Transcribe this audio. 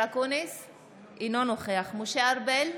אינו נוכח משה ארבל,